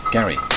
Gary